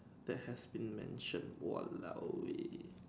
that has been mention !walao! eh